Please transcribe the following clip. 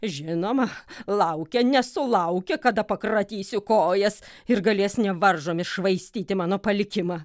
žinoma laukia nesulaukia kada pakratysiu kojas ir galės nevaržomi švaistyti mano palikimą